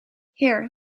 here